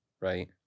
Right